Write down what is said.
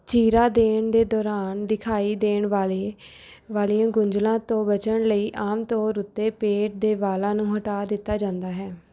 ਚੀਰਾ ਦੇਣ ਦੇ ਦੌਰਾਨ ਦਿਖਾਈ ਦੇਣ ਵਾਲੇ ਵਾਲੀਆਂ ਗੁੰਝਲਾਂ ਤੋਂ ਬਚਣ ਲਈ ਆਮ ਤੌਰ ਉੱਤੇ ਪੇਟ ਦੇ ਵਾਲਾਂ ਨੂੰ ਹਟਾ ਦਿੱਤਾ ਜਾਂਦਾ ਹੈ